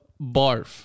Barf